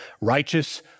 righteous